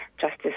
Justice